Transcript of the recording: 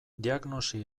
diagnosi